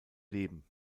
leben